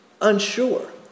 unsure